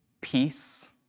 peace